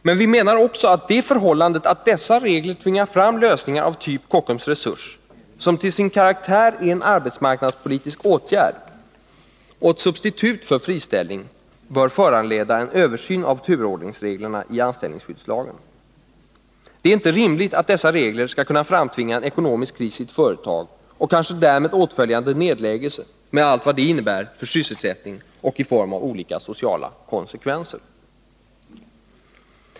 Men vi menar också att det förhållandet att dessa regler tvingar fram lösningar av typ Kockum Resurs, som till sin karaktär är en arbetsmarknadspolitisk åtgärd och ett substitut för friställning, bör föranleda en översyn av turordningsreglerna i anställningsskyddslagen. Det är inte rimligt att dessa regler skall kunna framtvinga en ekonomisk kris i ett företag och kanske därmed åtföljande nedläggelse med allt vad det innebär för sysselsättningen i form av olika sociala konsekvenser.